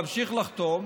להמשיך לחתום,